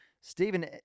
Stephen